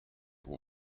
will